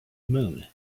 moon